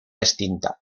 extinta